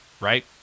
right